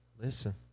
listen